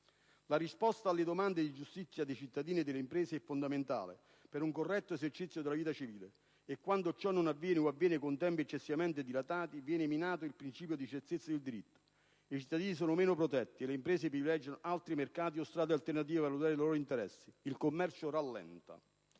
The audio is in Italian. La risposta alle domande di giustizia dei cittadini e delle imprese è fondamentale per un corretto esercizio della vita civile e quando ciò non avviene, o avviene con tempi eccessivamente dilatati, viene minato il principio di certezza del diritto. I cittadini sono meno protetti e le imprese privilegiano altri mercati o strade alternative per la tutela dei loro interessi; il commercio rallenta.